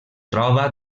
troba